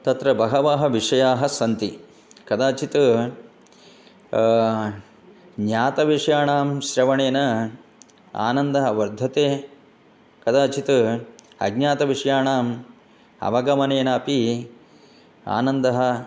तत्र बहवः विषयाः सन्ति कदाचित् ज्ञातविषयाणां श्रवणेन आनन्दः वर्धते कदाचित् अज्ञातविषयाणाम् अवगमनेन अपि आनन्दः